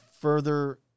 further